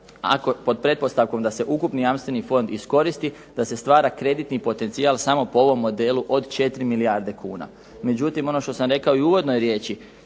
pod pretpostavkom da se ukupni jamstveni fond iskoristi da se stvara kreditni potencijal samo po ovom modelu od 4 milijarde kuna. Međutim, ono što sam rekao i u uvodnoj riječi